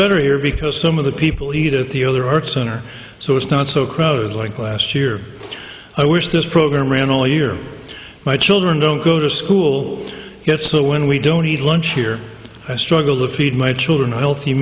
better here because some of the people eat at the other arts center so it's not so crowded like last year i wish this program ran all year my children don't go to school yet so when we don't eat lunch here i struggle to feed my children healthy